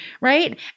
right